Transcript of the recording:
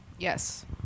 yes